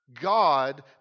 God